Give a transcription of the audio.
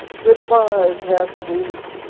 goodby, cassidy!